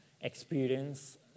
experience